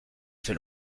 fait